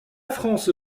france